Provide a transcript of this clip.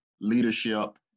leadership